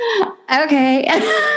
okay